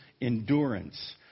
endurance